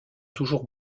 toujours